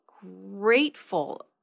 grateful